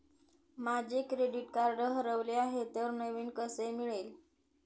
माझे credit card हरवले आहे तर नवीन कसे मिळेल?